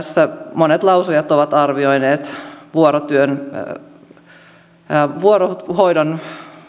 monet lausujat ovat arvioineet vuorohoidon